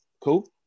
Cool